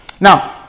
Now